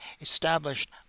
established